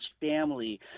family